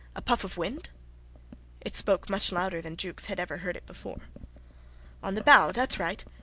a puff of wind it spoke much louder than jukes had ever heard it before on the bow. thats right.